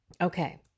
Okay